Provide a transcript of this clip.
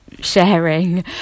sharing